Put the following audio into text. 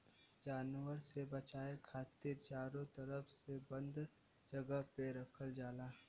जानवर से बचाये खातिर चारो तरफ से बंद जगह पे रखल जाला